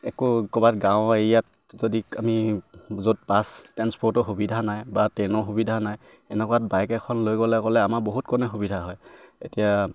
একো ক'বাত গাঁও এৰিয়াত যদি আমি য'ত বাছ ট্ৰেন্সপৰ্টৰ সুবিধা নাই বা ট্ৰেইনৰ সুবিধা নাই এনেকুৱাত বাইক এখন লৈ গ'লে আমাৰ বহুত সুবিধা হয় এতিয়া